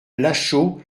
lachaud